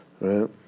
right